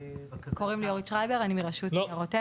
קוראים לי אורית שרייבר, אני מרשות ניירות ערך.